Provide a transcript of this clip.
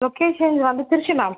location வந்து Trichy ma'am